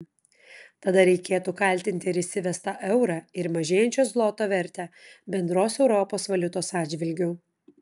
tada reikėtų kaltinti ir įsivestą eurą ir mažėjančio zloto vertę bendros europos valiutos atžvilgiu